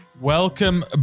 Welcome